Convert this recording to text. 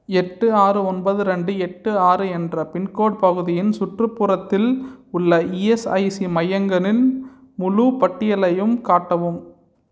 எட்டு ஆறு ஒன்பது ரெண்டு எட்டு ஆறு என்ற பின்கோட் பகுதியின் சுற்றுப்புறத்தில் உள்ள இஎஸ்ஐசி மையங்களின் முழுப் பட்டியலையும் காட்டவும்